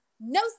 no